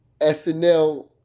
SNL